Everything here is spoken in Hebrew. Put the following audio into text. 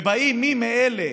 ובאים מי מאלה